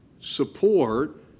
support